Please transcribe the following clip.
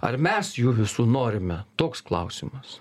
ar mes jų visų norime toks klausimas